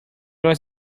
was